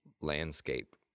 landscape